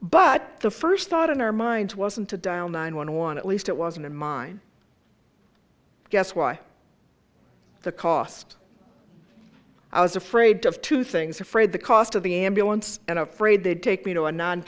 but the first thought in our minds wasn't to dial nine one one at least it wasn't mine i guess why the cost i was afraid of two things afraid the cost of the ambulance and afraid they'd take me to a non